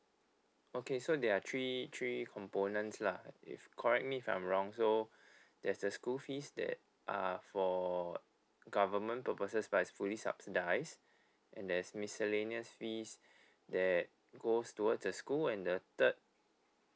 okay so there are three three components lah if correct me if I'm wrong so there's the school fees that are for government purposes but is fully subsidised and there's miscellaneous fees that goes towards th school and the third